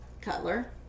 Cutler